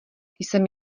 jsem